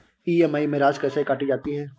EMI में राशि कैसे काटी जाती है?